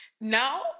now